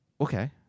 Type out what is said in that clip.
Okay